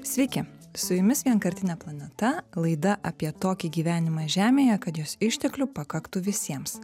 sveiki su jumis vienkartinė planeta laida apie tokį gyvenimą žemėje kad jos išteklių pakaktų visiems